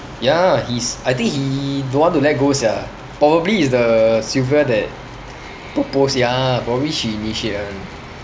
ya he's I think he don't want to let go sia probably it's the sylvia that propose ya probably she initiate [one]